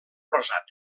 rosat